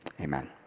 Amen